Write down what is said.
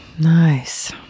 Nice